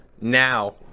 Now